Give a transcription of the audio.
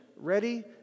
ready